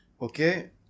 Okay